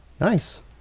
Nice